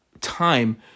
time